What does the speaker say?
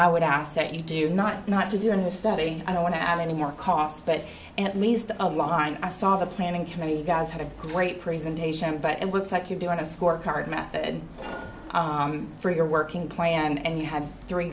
i would ask that you do not not to do in this study i don't want to i mean your cost but at least a line i saw the planning committee you guys had a great presentation but and looks like you're doing a scorecard method for your working plan and you had three